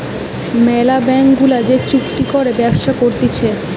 ম্যালা ব্যাঙ্ক গুলা যে চুক্তি করে ব্যবসা করতিছে